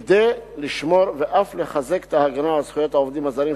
כדי לשמור ואף לחזק את ההגנה על זכויות העובדים הזרים,